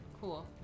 Cool